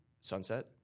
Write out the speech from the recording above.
sunset